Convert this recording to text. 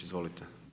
Izvolite.